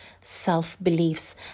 self-beliefs